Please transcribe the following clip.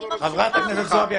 אני ממשיכה --- חברת הכנסת זועבי,